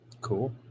Cool